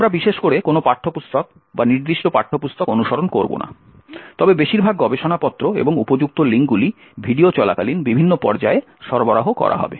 আমরা বিশেষ করে কোনো নির্দিষ্ট পাঠ্যপুস্তক অনুসরণ করব না তবে বেশিরভাগ গবেষণাপত্র এবং উপযুক্ত লিঙ্কগুলি ভিডিও চলাকালীন বিভিন্ন পর্যায়ে সরবরাহ করা হবে